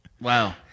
wow